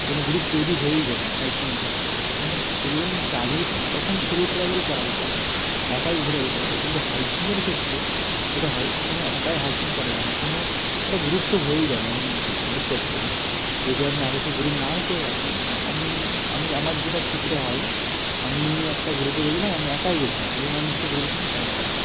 কোনো গ্রুপ তৈরি হয়েই যাবে হাইকিংয়ের ক্ষেত্রে কখনও যদি বলেন ট্রাভেল করা তখন সোলো ট্রাভেল করা যেতে পারে একাই ঘোরা যেতে পারে কিন্তু হাইকিংয়ের ক্ষেত্রে যেটা হয় কখনও একাই হাইকিং করা যায় না কোনো একটা গ্রুপ তো হয়েই যাবে আমি বিশ্বাস করি যদি আপনি আগে থেকে গ্রুপ নাও করে রাখেন আমি আমি আমার যেটা ক্ষেত্রে হয় আমি একটা গ্রুপে গিয়েছিলাম আমি একাই গিয়েছিলাম এবং আমি একটা গ্রুপের সাথে জয়েন্ট হয়েছি